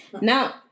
Now